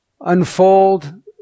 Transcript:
unfold